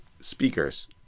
speakers